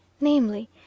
namely